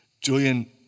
Julian